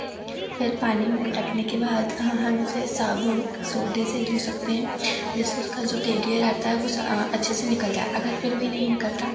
फिर पानी में रखने के बाद हम उसे साबुन सोडे से धो सकते हैं जिससे उसका जो तेलीय रहता है वह अच्छे से निकल जाए अगर फिर भी नहीं निकलता